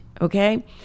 okay